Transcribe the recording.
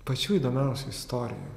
pačių įdomiausių istorijų